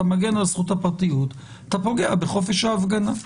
אתה מגן על זכות הפרטיות, ואתה פוגע בחופש ההפגנה.